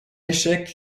échec